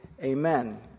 Amen